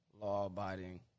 law-abiding